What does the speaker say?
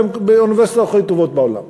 באוניברסיטאות הכי טובות בעולם.